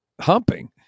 humping